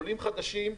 עולים חדשים,